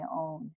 own